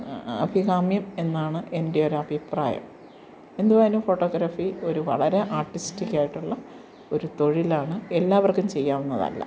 അഭികാമ്യം എന്നാണ് എൻ്റെ ഒരഭിപ്രായം എന്തുവായാലും ഫോട്ടോഗ്രാഫി ഒരു വളരെ ആർട്ടിസ്റ്റിക്കായിട്ടുള്ള ഒരു തൊഴിലാണ് എല്ലാവർക്കും ചെയ്യാവുന്നതല്ല